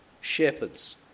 shepherds